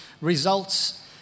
results